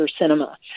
cinema